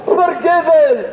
forgiven